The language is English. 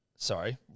Sorry